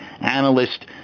analyst